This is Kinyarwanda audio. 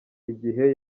igihe